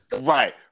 Right